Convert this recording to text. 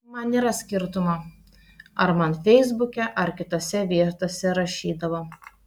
man nėra skirtumo ar man feisbuke ar kitose vietose rašydavo